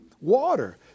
water